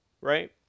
right